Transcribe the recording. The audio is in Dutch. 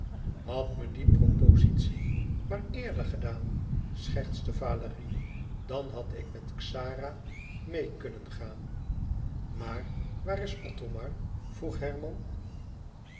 had me die propozitie maar eerder gedaan schertste valérie dan had ik met xara meê kunnen gaan maar waar is othomar zei herman